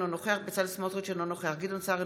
אינו נוכח בצלאל סמוטריץ' אינו נוכח גדעון סער,